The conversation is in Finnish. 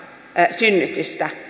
synnytystä